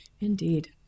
Indeed